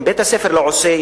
אם בית-הספר לא עושה,